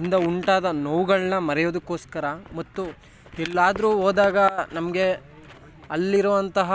ಇಂದ ಉಂಟಾದ ನೋವುಗಳನ್ನು ಮರೆಯೋದಕ್ಕೋಸ್ಕರ ಮತ್ತು ಎಲ್ಲಾದರೂ ಹೋದಾಗ ನಮಗೆ ಅಲ್ಲಿರುವಂತಹ